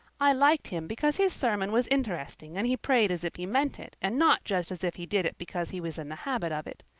i liked him because his sermon was interesting and he prayed as if he meant it and not just as if he did it because he was in the habit of it.